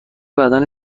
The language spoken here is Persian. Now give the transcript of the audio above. بدن